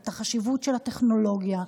את החשיבות של הטכנולוגיה,